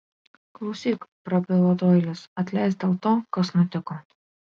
klausyk prabilo doilis atleisk dėl to kas nutiko